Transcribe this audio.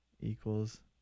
Equals